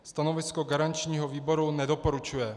Stanovisko garančního výboru: Nedoporučuje.